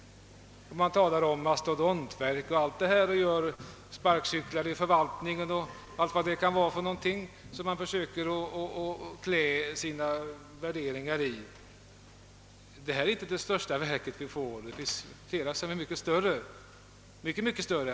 Det har talats om mastodontverk, och man har försökt kläda sina värderingar i ord som t.ex. sparkcyklar i förvaltningen och annat, men det verk vi här diskuterar är inte det största. Det finns de som är mycket större.